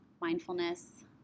mindfulness